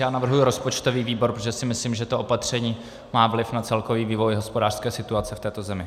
Já navrhuji rozpočtový výbor, protože si myslím, že to opatření má vliv na celkový vývoj hospodářské situace v této zemi.